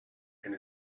and